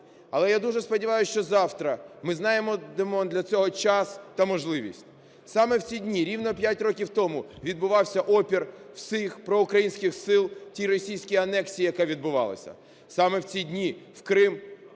Але я дуже сподіваюсь, що завтра ми знайдемо для цього час та можливість. Саме в ці дні, рівно 5 років тому, відбувався опір всіх проукраїнських сил тій російській анексії, яка відбувалася. Саме в ці дні в Крим